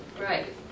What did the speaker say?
Right